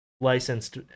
licensed